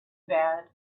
bad